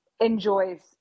enjoys